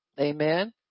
Amen